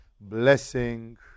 blessing